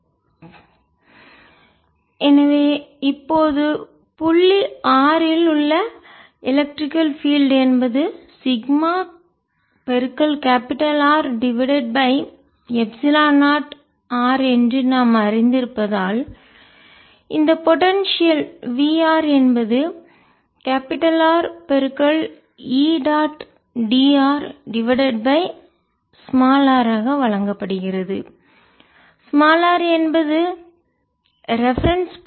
Vr rREdrrRRσ0rdr σR0 lnrrRVrσR0ln Rr எனவே இப்போது புள்ளி r இல் உள்ள எலக்ட்ரிக் பீல்டு மின்சார புலம் என்பது sigma capital R divided by epsilon 0 r என்று நாம் அறிந்திருப்பதால் இந்த பொடென்சியல் v r என்பது capital R E dot dr divided by r ஆக வழங்கப்படுகிறது r என்பது ரெபெரென்ஸ் குறிப்பு புள்ளி